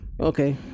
Okay